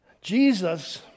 Jesus